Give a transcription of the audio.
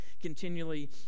continually